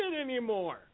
anymore